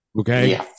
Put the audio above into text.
Okay